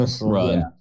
run